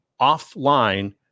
offline